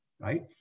right